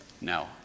No